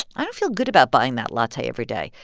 i don't feel good about buying that latte every day.